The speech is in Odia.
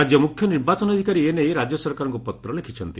ରାଜ୍ୟ ମୁଖ୍ୟ ନିର୍ବାଚନ ଅଧିକାରୀ ଏ ନେଇ ରାଜ୍ୟସରକାରଙ୍କୁ ପତ୍ର ଲେଖିଛନ୍ତି